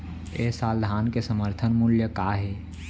ए साल धान के समर्थन मूल्य का हे?